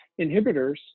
inhibitors